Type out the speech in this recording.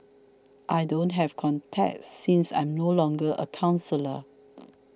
I don't have contacts since I am no longer a counsellor